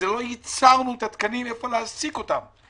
לא ייצרנו את התקנים איפה להעסיק אותם.